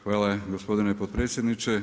Hvala gospodine potpredsjedniče.